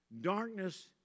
Darkness